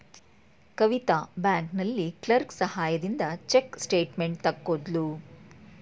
ಕವಿತಾ ಬ್ಯಾಂಕಿನಲ್ಲಿ ಕ್ಲರ್ಕ್ ಸಹಾಯದಿಂದ check statement ತಕ್ಕೊದ್ಳು